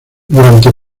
durante